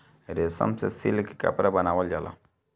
रेशम से सिल्क के कपड़ा बनावल जाला